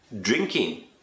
Drinking